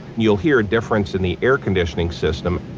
you'll hear a difference in the air conditioning system.